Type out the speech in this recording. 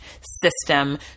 system